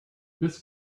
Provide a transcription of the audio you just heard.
this